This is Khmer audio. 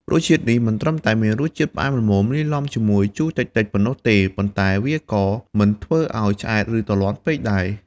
រសជាតិនេះមិនត្រឹមតែមានរសជាតិផ្អែមល្មមលាយឡំជាមួយជូរតិចៗប៉ុណ្ណោះទេ ប៉ុន្តែវាក៏មិនធ្វើឲ្យឆ្អែត ឬទ្រលាន់ពេកដែរ។